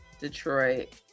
Detroit